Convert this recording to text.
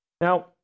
Now